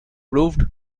proved